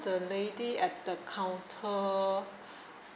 the lady at the counter